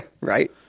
right